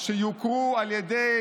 שיוכרו על ידי